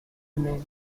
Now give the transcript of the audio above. remain